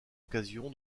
occasion